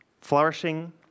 flourishing